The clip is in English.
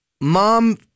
mom